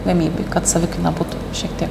gamybai kad savikaina būtų šiek tie